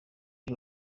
uyu